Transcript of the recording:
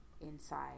inside